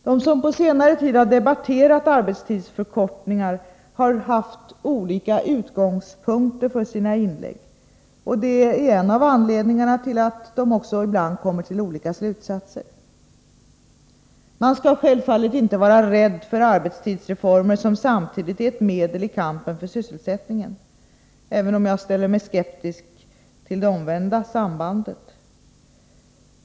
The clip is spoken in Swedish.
De som på senare tid debatterat arbetstidsförkortning har haft olika utgångspunkter för sina inlägg. Det är en av anledningarna till att de ibland kommer till olika slutsatser. Man skall självfallet inte vara rädd för arbetstidsreformer som samtidigt är ett medel i kampen för sysselsättningen, även om jag ställer mig skeptisk till det omvända sambandet.